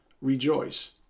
rejoice